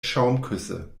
schaumküsse